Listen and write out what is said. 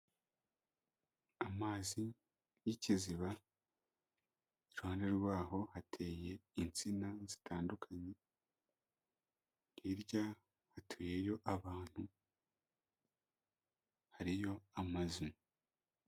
Amazi y'ikiziba, iruhande rwaho ateye insina zitandukanye, hirya hatuyeyo abantu, hariyo amazina.